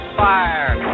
fire